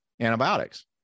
antibiotics